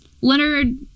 Leonard